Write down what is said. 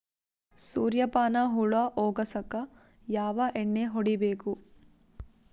ಸುರ್ಯಪಾನ ಹುಳ ಹೊಗಸಕ ಯಾವ ಎಣ್ಣೆ ಹೊಡಿಬೇಕು?